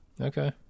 Okay